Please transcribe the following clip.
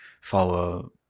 follow